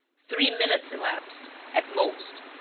three minutes elapsed, at most.